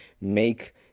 make